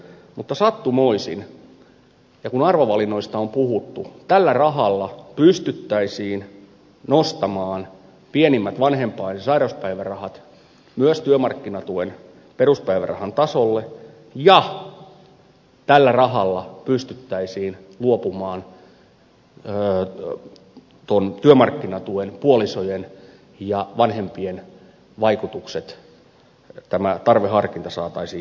mutta sattumoisin kun arvovalinnoista on puhuttu tällä rahalla pystyttäisiin nostamaan pienimmät vanhempain ja sairauspäivärahat myös työmarkkinatuen peruspäivärahan tasolle ja tällä rahalla pystyttäisiin luopumaan työmarkkinatuen puolisojen ja vanhempien tulojen vaikutuksista tämä tarveharkinta saataisiin poistettua